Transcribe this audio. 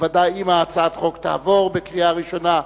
בוודאי אם הצעת החוק תעבור בקריאה ראשונה,